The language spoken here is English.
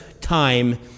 time